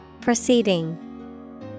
Proceeding